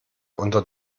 unter